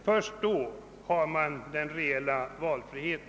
Först då finns den reella valfriheten.